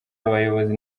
abayobozi